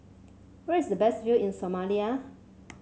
where is the best view in Somalia